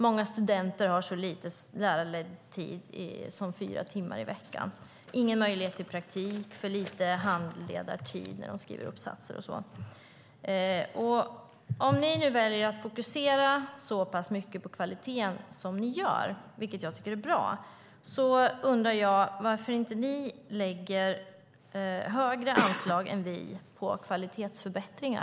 Många studenter har så lite lärarledd tid som fyra timmar i veckan, ingen möjlighet till praktik och för lite handledartid när de skriver uppsatser och så vidare. Om ni väljer att fokusera så pass mycket på kvaliteten, vilket jag tycker är bra, undrar jag varför ni inte har högre anslag än vi har för kvalitetsförbättringar.